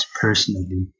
personally